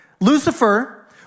Lucifer